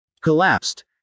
Collapsed